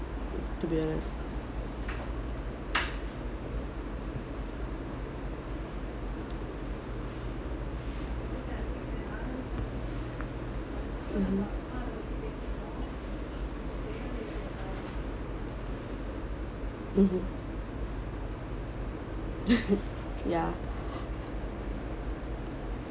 to be honest mmhmm mmhmm ya